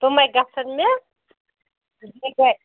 تِمَے گَژھن مےٚ بیٚیہِ گٔے